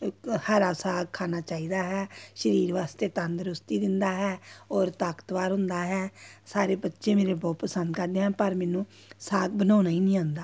ਇੱਕ ਹਰਾ ਸਾਗ ਖਾਣਾ ਚਾਹੀਦਾ ਹੈ ਸਰੀਰ ਵਾਸਤੇ ਤੰਦਰੁਸਤੀ ਦਿੰਦਾ ਹੈ ਔਰ ਤਾਕਤਵਰ ਹੁੰਦਾ ਹੈ ਸਾਰੇ ਬੱਚੇ ਮੇਰੇ ਬਹੁਤ ਪਸੰਦ ਕਰਦੇ ਹਾਂ ਪਰ ਮੈਨੂੰ ਸਾਗ ਬਣਾਉਣਾ ਹੀ ਨਹੀਂ ਆਉਂਦਾ